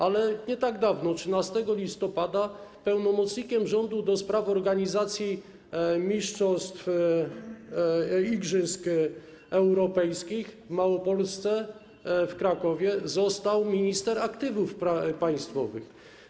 Ale nie tak dawno, 13 listopada, pełnomocnikiem rządu ds. organizacji mistrzostw, igrzysk europejskich w Małopolsce w Krakowie został minister aktywów państwowych.